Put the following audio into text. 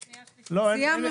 לא,